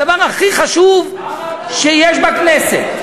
בדבר הכי חשוב שיש בכנסת.